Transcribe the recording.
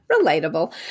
relatable